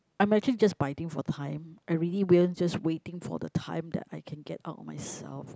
I'm actually just biting for time I really will waiting for the time that I can get out of myself